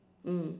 mm